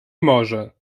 morze